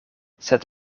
sed